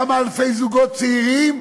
כמה אלפי זוגות צעירים,